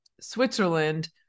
Switzerland